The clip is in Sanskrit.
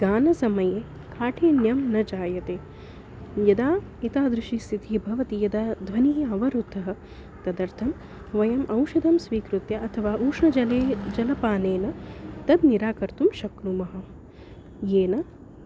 गानसमये काठिन्यं न जायते यदा एतादृशी स्थितिः भवति यदा ध्वनिः अवरुद्धः तदर्थं वयम् औषधं स्वीकृत्य अथवा उष्णजले जलपानेन तत् निराकर्तुं शक्नुमः येन